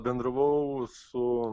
bendravau su